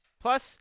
Plus